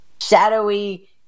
shadowy